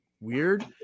weird